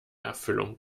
erfüllung